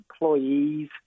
employees